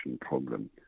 problem